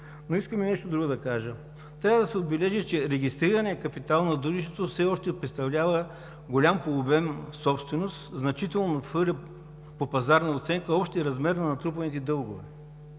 Искам и нещо друго да кажа. Трябва да се отбележи, че регистрираният капитал на Дружеството все още представлява голяма по обем собственост и значително надхвърля по пазарна оценка общия размер на натрупаните дългове.